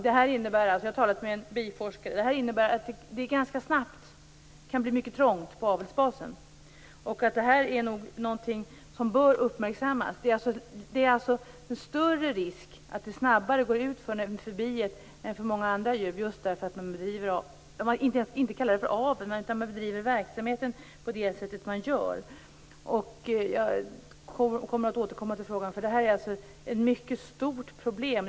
Det innebär - jag har talat med en biforskare - att det ganska snabbt kan bli mycket trångt på avelsbasen, och detta är någonting som bör uppmärksammas. Det är alltså större risk att det går snabbare utför med biet än för många andra djur just därför att man bedriver avel - jag vill inte ens kalla det för avel - eller verksamheten på det sätt som man gör. Jag tänker återkomma till frågan, eftersom detta är ett mycket stort problem.